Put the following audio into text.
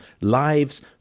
lives